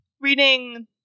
reading